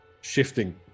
shifting